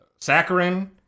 saccharin